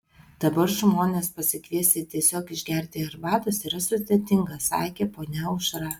dabar žmones pasikviesti tiesiog išgerti arbatos yra sudėtinga sakė ponia aušra